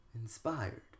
inspired